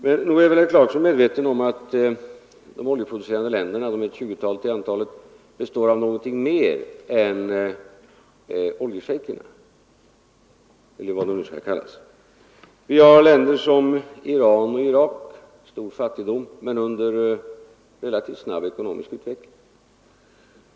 Men nog är väl herr Clarkson medveten om att de oljeproducerande länderna består av någonting mer än oljeshejkerna, eller vad de nu skall kallas. Vi har länder som Iran och Irak, med stor fattigdom men under relativt snabb ekonomisk utveckling.